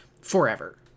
forever